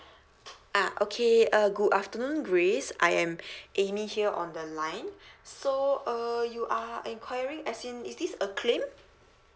ah okay uh good afternoon grace I am amy here on the line so uh you are enquiring as in is this a claim